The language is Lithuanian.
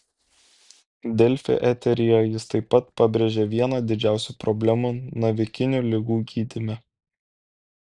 delfi eteryje jis taip pat pabrėžė vieną didžiausių problemų navikinių ligų gydyme